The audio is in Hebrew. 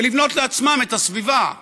ולבנות לעצמם את הסביבה.